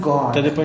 God